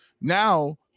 now